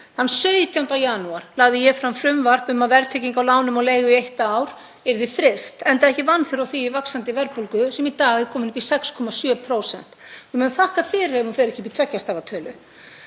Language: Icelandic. Þann 17. janúar lagði ég fram frumvarp um að verðtrygging á lánum og leigu yrði fryst í eitt ár, enda ekki vanþörf á því í vaxandi verðbólgu sem í dag er komin upp í 6,7%, ég mun þakka fyrir ef hún fer ekki upp í tveggja stafa tölu.